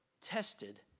tested